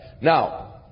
Now